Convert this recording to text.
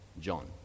John